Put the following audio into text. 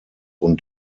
und